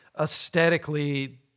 aesthetically